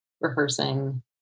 rehearsing